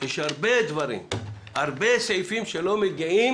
יש הרבה דברים, הרבה סעיפים שלא מגיעים